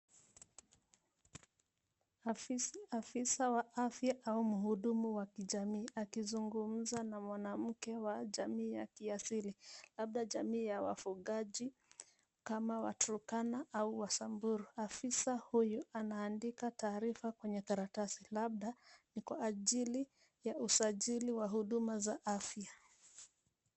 Afisa wa afya au mhudumu wa kijamii akizungumza na mwanamke wa jamii ya kiasili labda jamii ya wafugaji kama Waturkana au Wasamburu. Afisa huyu anaandika taarifa kwenye karatasi labda kwa ajili ya usajili wa huduma za afya.